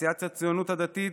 סיעת הציונות הדתית,